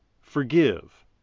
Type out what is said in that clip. forgive